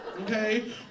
Okay